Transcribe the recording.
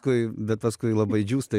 kui bet paskui labai džiūsta